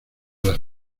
las